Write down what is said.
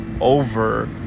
over